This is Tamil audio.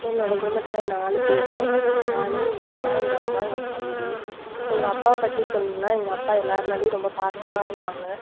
என்னோடய குடும்பத்தில் நாலு பேர் நான் எங்கள் அப்பா எங்கள் அம்மா என் தம்பி எங்கள் அப்பாவை பற்றி சொல்லணுனா எங்கள் அப்பா எல்லார் மேலையும் ரொம்ப பாசமாக இருப்பாங்க